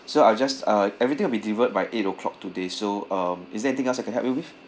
so I'll just uh everything will be delivered by eight o'clock today so um is there anything else I can help you with